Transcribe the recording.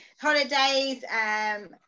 holidays